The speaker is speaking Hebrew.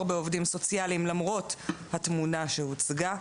בעובדים סוציאליים למרות התמונה שהוצגה.